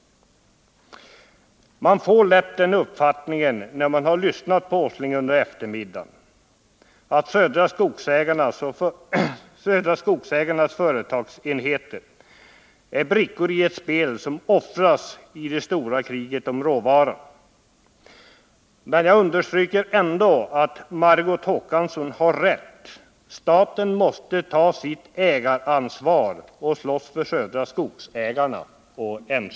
Efter att ha lyssnat till industriministern under den här långa debatten får man lätt uppfattningen att Södra Skogsägarnas företagsenheter är brickor i ett spel som offras i det stora kriget om råvaran. Jag vill understryka att Margot Håkansson har rätt: Staten måste ta sitt ägaransvar och slåss för Södra Skogsägarna och NCB.